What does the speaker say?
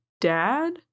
dad